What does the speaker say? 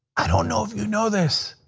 i don't know if you know this,